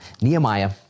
Nehemiah